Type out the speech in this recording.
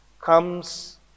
comes